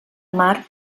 mar